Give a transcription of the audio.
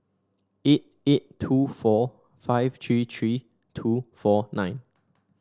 eight eight two four five three three two four nine